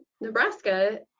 Nebraska